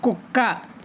కుక్క